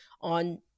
on